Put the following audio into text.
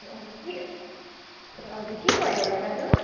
ए हजुर कि ए हजुर के भयो होला दाजु